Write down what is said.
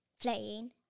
playing